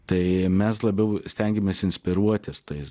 tai mes labiau stengėmės inspiruotis tais